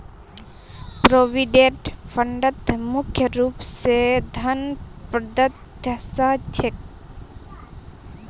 provident फंडत मुख्य रूप स धन प्रदत्त ह छेक